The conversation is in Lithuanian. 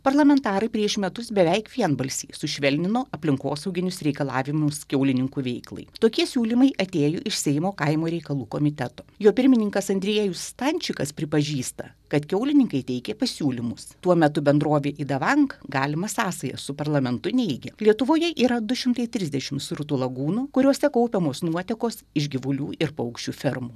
parlamentarai prieš metus beveik vienbalsiai sušvelnino aplinkosauginius reikalavimus kiaulininkų veiklai tokie siūlymai atėjo iš seimo kaimo reikalų komiteto jo pirmininkas andriejus stančikas pripažįsta kad kiaulininkai teikė pasiūlymus tuo metu bendrovė idavank galimą sąsają su parlamentu neigia lietuvoje yra du šimtai trisdešimt srutų lagūnų kuriose kaupiamos nuotekos iš gyvulių ir paukščių fermų